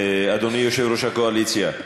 אדוני יושב-ראש הקואליציה,